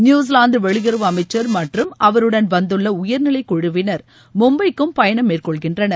New Zealand வெளியுறவு அமைச்சர் மற்றும் அவருடன் வந்துள்ள உயர்நிலை குழுவினர் மும்பைக்கும் பயணம் மேற்கொள்கின்றனர்